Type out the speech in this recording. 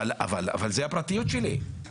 זאת הפרטיות שלי.